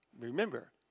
Remember